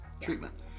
treatment